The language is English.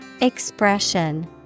Expression